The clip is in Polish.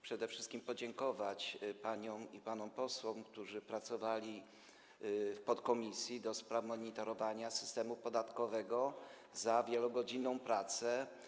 Przede wszystkim chciałem podziękować paniom i panom posłom, którzy pracowali w podkomisji do spraw monitorowania systemu podatkowego, za wielogodzinną pracę.